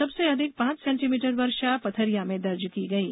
सबसे अधिक पांच सेन्टीमीटर वर्षा पथरिया में दर्ज की गयी